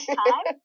time